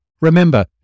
Remember